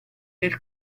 del